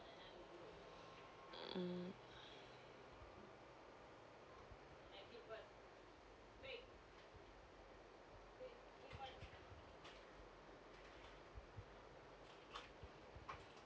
mm